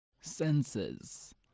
senses